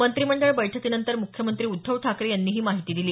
मंत्रिमंडळ बैठकीनंतर मुख्यमंत्री उद्धव ठाकरे यांनी ही माहिती दिली